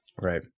Right